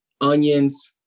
onions